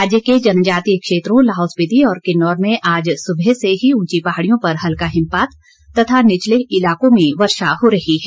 राज्य के जनजातीय क्षेत्रों लाहौल स्पिति और किन्नौर में आज सुबह से ही ऊंची पहाड़ियों पर हल्का हिमपात तथा निचले इलाकों में वर्षा हो रही है